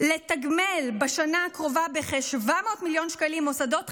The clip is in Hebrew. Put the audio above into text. לתגמל בשנה הקרובה בכ-700 מיליון שקלים מוסדות חינוך,